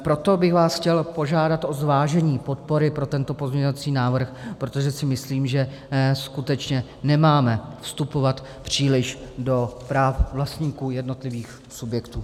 Proto bych vás chtěl požádat o zvážení podpory pro tento pozměňovací návrh, protože si myslím, že skutečně nemáme vstupovat příliš do práv vlastníků jednotlivých subjektů.